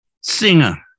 singer